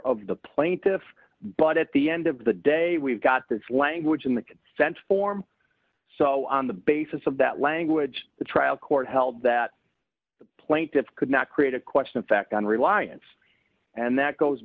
of the plaintiffs but at the end of the day we've got this language in the consent form so on the basis of that language the trial court held that the plaintiffs could not create a question of fact on reliance and that goes